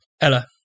Ella